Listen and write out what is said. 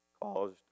caused